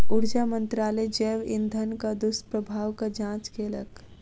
ऊर्जा मंत्रालय जैव इंधनक दुष्प्रभावक जांच केलक